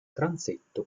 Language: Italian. transetto